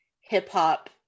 hip-hop